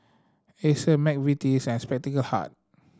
Acer McVitie's and Spectacle Hut